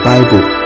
Bible